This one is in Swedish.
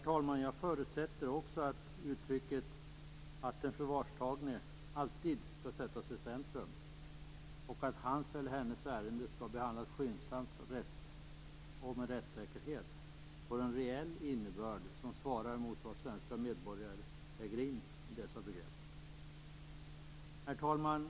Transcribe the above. Jag förutsätter också att uttrycket att den förvarstagne alltid skall sättas i centrum och att hans eller hennes ärende skall behandlas skyndsamt och med rättssäkerhet får en reell innebörd som svarar mot vad svenska medborgare lägger in i dessa begrepp. Herr talman!